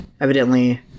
evidently